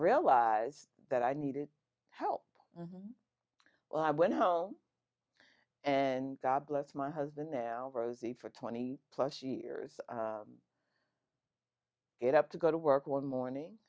realized that i needed help well i went home and god bless my husband now rosie for twenty plus years it up to go to work one morning